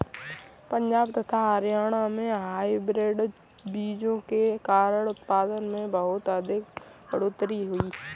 पंजाब तथा हरियाणा में हाइब्रिड बीजों के कारण उत्पादन में बहुत अधिक बढ़ोतरी हुई